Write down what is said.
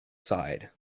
side